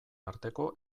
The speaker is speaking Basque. arteko